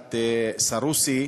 הלכת סרוסי.